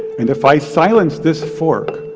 and if i silence this fork,